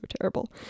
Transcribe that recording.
terrible